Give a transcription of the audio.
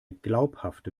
glaubhafte